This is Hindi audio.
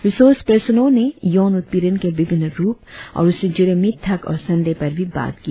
रिसर्स पर्सन ने यौन उत्पीड़न के विभिन्न रुप और उससे जुड़े मिथक और संदेह पर भी बात की